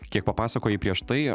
kiek papasakojai prieš tai